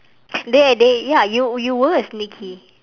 they they ya you you were sneaky